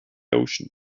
ocean